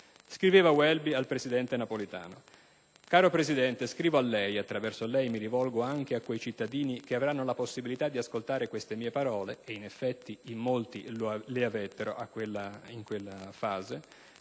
Scriveva Welby al presidente Napolitano: «Caro Presidente, scrivo a lei, e attraverso lei mi rivolgo anche a quei cittadini che avranno la possibilità di ascoltare queste mie parole» - e in effetti molti la ebbero in quella fase